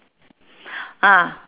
ah